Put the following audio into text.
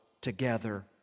together